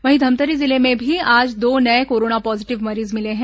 वहीं धमतरी जिले में भी आज दो नये कोरोना पॉजीटिव मरीज मिले हैं